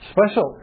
Special